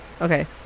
okay